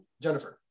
Jennifer